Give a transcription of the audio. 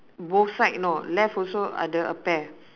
both side no left also ada a pair